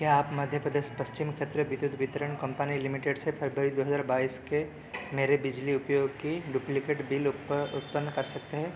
क्या आप मध्य प्रदेश पश्चिम क्षेत्र विद्युत वितरण कम्पनी लिमिटेड से फरवरी दो हज़ार बाइस के मेरे बिजली उपयोग की डुप्लिकेट बिल उत्पन्न कर सकते हैं